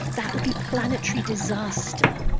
that would be planetary disaster.